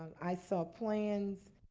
i saw plans